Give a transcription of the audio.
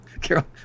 Carol